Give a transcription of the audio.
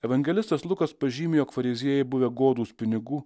evangelistas lukas pažymi jog fariziejai buvę godūs pinigų